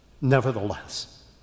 Nevertheless